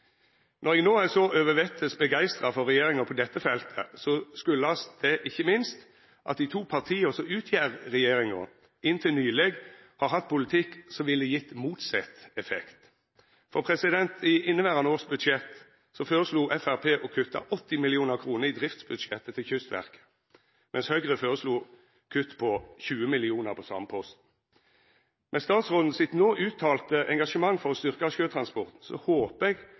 Når eg no er så overvettes begeistra for regjeringa på dette feltet, kjem det ikkje minst av at dei to partia som utgjer regjeringa, inntil nyleg har hatt ein politikk som ville gjeve motsett effekt, for i budsjettet for inneverande år føreslo Framstegspartiet å kutta 80 mill. kr i driftsbudsjettet til Kystverket, medan Høgre føreslo kutt på 20 mill. kr på same posten. Med statsråden sitt no uttalte engasjement for å styrkja sjøtransporten håpar eg